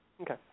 Okay